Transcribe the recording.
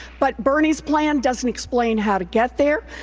but bernie's plan doesn't explain how to get there,